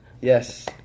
yes